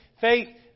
faith